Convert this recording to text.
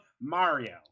Mario